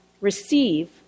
receive